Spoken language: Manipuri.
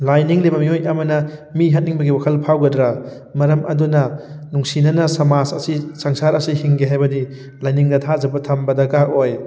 ꯂꯥꯏ ꯅꯤꯡꯂꯤꯕ ꯃꯤꯑꯣꯏ ꯑꯃꯅ ꯃꯤ ꯍꯥꯠꯅꯤꯡꯕꯒꯤ ꯋꯥꯈꯜ ꯐꯥꯎꯒꯗ꯭ꯔꯥ ꯃꯔꯝ ꯑꯗꯨꯅ ꯅꯨꯡꯁꯤꯅꯅ ꯁꯃꯥꯖ ꯑꯁꯤ ꯁꯪꯁꯥꯔ ꯑꯁꯤ ꯍꯤꯡꯒꯦ ꯍꯥꯏꯔꯕꯗꯤ ꯂꯥꯏꯅꯤꯡꯗ ꯊꯥꯖꯕ ꯊꯝꯕ ꯗꯔꯀꯥꯔ ꯑꯣꯏ